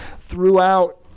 throughout